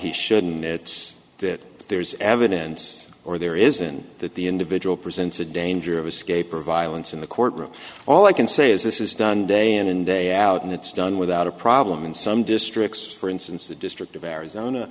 he shouldn't it's that there's evidence or there isn't that the individual presents a danger of escape or violence in the courtroom all i can say is this is done day in and day out and it's done without a problem in some districts for instance the district of arizona